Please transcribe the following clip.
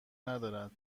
ندارد